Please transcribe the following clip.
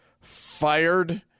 fired